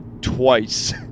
twice